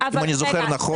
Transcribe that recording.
אם אני זוכר נכון,